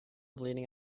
bleeding